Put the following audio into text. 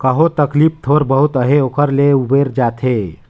कहो तकलीफ थोर बहुत अहे ओकर ले उबेर जाथे